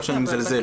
לא שאני מזלזל.